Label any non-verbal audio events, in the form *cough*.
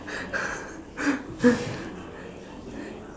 *noise*